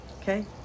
okay